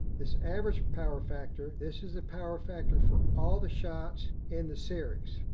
this average power factor, this is the power factor for all the shots in the series.